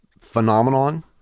phenomenon